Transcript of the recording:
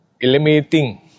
eliminating